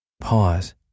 pause